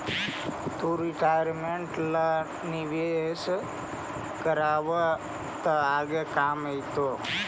तु रिटायरमेंट ला निवेश करबअ त आगे काम आएतो